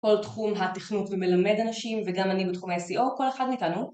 כל תחום התכנות ומלמד אנשים וגם אני בתחומי ה SEO כל אחד מאיתנו